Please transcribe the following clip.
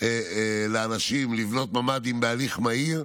לאנשים לבנות ממ"דים בהליך מהיר.